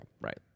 Right